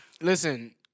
Listen